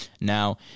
Now